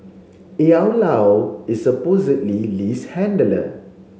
Io Lao is supposedly Lee's handler